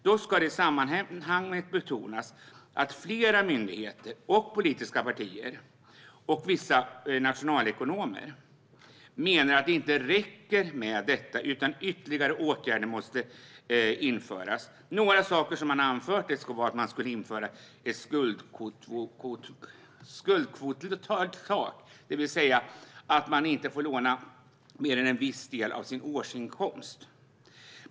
Dock ska det i sammanhanget betonas att flera myndigheter samt politiska partier och vissa nationalekonomer menar att detta inte räcker utan att ytterligare åtgärder måste vidtas. Några saker man har anfört är att införa ett skuldkvottak, det vill säga att man inte får låna mer än en viss del av sin årsinkomst.